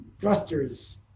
thrusters